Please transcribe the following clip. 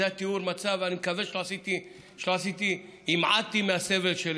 זה תיאור המצב, אני מקווה שלא המעטתי מהסבל של